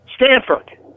Stanford